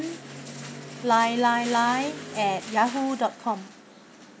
lai lai lai at yahoo dot com